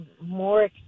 more